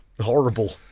Horrible